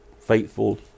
faithful